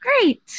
Great